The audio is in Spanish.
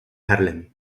harlem